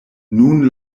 nun